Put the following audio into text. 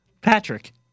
Patrick